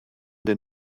den